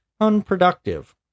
unproductive